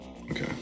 Okay